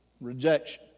rejection